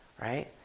right